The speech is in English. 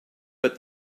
but